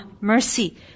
mercy